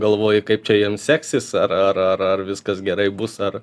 galvoji kaip čia jiem seksis ar ar ar ar viskas gerai bus ar